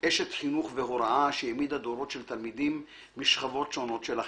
אשת חינוך והוראה שהעמידה דורות של תלמידים משכבות שונות של החברה.